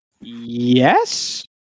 yes